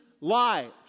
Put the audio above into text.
lives